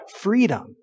freedom